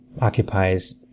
occupies